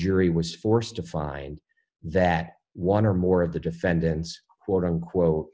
jury was forced to find that one or more of the defendants quote unquote